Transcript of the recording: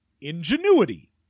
ingenuity